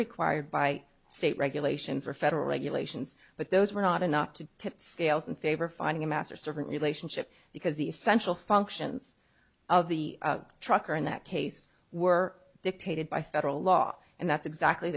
required by state regulations or federal regulations but those were not enough to tip the scales in favor of finding a master servant relationship because the essential functions of the trucker in that case were dictated by federal law and that's exactly